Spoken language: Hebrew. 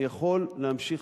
ואני יכול להמשיך,